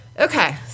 okay